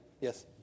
Yes